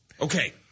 Okay